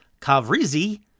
Kavrizi